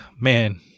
man